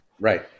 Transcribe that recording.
Right